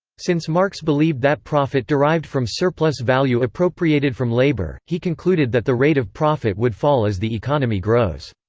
since marx believed that profit derived from surplus value appropriated from labour, he concluded that the rate of profit would fall as the economy grows.